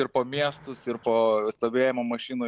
ir po miestus ir po stovėjimo mašinų